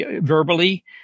verbally